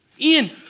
Ian